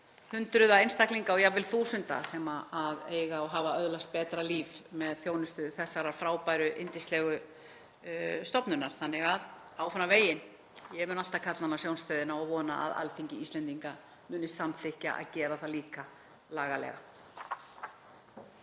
hundraða einstaklinga og jafnvel þúsunda sem hafa öðlast betra líf með þjónustu þessarar frábæru yndislegu stofnunar. Þannig að: Áfram veginn. Ég mun alltaf kalla hana Sjónstöðina og vona að Alþingi Íslendinga muni samþykkja að gera það líka lagalega.